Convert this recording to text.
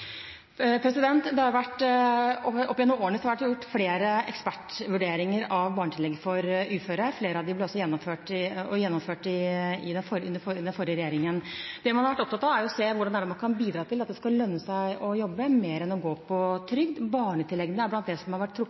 Opp gjennom årene har det vært gjort flere ekspertvurderinger av barnetillegget for uføre. Flere av dem ble også gjennomført under den forrige regjeringen. Det man har vært opptatt av, er å se hvordan man kan bidra til at det skal lønne seg å jobbe, mer enn å gå på trygd. Barnetilleggene er blant det som har vært